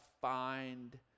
find